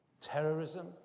terrorism